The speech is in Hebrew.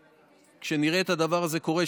כשנראה שהדבר הזה קורה,